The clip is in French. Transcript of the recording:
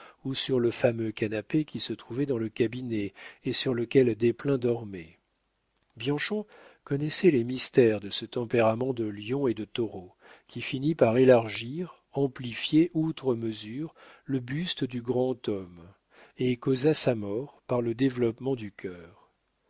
ou sur le fameux canapé qui se trouvait dans le cabinet et sur lequel desplein dormait bianchon connaissait les mystères de ce tempérament de lion et de taureau qui finit par élargir amplifier outre mesure le buste du grand homme et causa sa mort par le développement du cœur